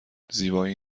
زیبایی